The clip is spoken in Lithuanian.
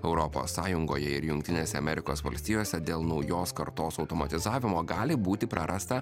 europos sąjungoje ir jungtinėse amerikos valstijose dėl naujos kartos automatizavimo gali būti prarasta